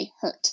hurt